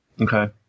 okay